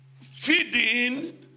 feeding